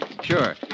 Sure